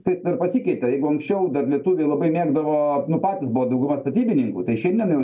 kaip pasikeitė jeigu anksčiau dar lietuviai labai mėgdavo nu patys buvo dauguma statybininkų tai šiandien jau